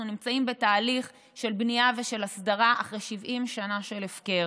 אנחנו נמצאים בתהליך של בנייה ושל הסדרה אחרי 70 שנה של הפקר.